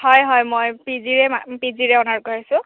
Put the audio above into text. হয় হয় মই পি জিৰে পি জিৰে অ'নাৰ কৈ আছোঁ